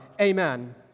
Amen